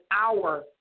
hour